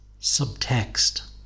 subtext